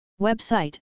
Website